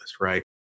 right